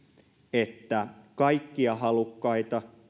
että kaikkia halukkaita